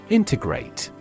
integrate